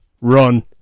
run